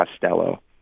Costello